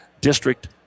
district